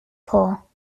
pull